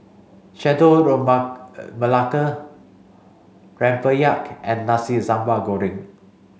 Chendol Remabelaka Rempeyek and Nasi Sambal Goreng